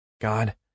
God